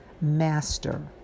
master